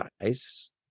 guys